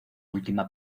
última